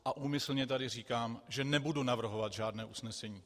A úmyslně tady říkám, že nebudu navrhovat žádné usnesení.